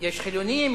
יש חילונים,